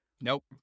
Nope